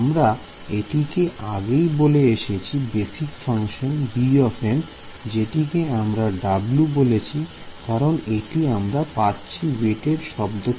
আমরা এটিকে আগেই বলে এসেছি বেসিক ফাংশন bm জেঠিকে আমরা W বলছি কারণ এটি আমরা পাচ্ছি ওয়েটেড শব্দটি থেকে